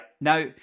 now